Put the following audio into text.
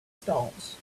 stones